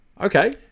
Okay